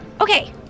Okay